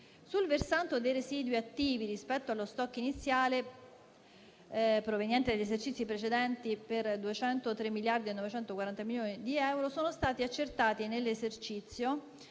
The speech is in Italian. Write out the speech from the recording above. Sul versante dei residui attivi rispetto allo *stock* iniziale proveniente dagli esercizi precedenti per 203.940 milioni di euro, sono stati accertati nell'esercizio